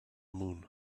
moon